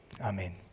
Amen